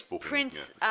prince